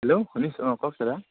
hello শুনিছোঁ অঁ কওক দাদা